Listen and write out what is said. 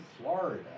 Florida